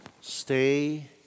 Stay